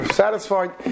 satisfied